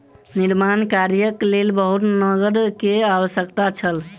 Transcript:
निर्माण कार्यक लेल बहुत नकद के आवश्यकता छल